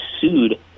sued